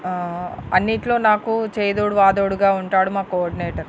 అన్నిట్లో నాకు చేదోడు వాదోడుగా ఉంటాడు మా కోర్డినేటర్